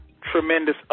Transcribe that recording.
tremendous